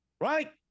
Right